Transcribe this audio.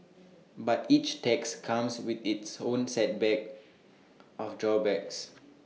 but each tax comes with its own set back of drawbacks